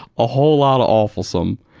a whole lot of awfulsome.